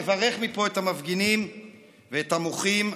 לברך מפה את המפגינים ואת המוחים.